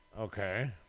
Okay